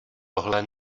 tohle